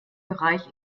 bereich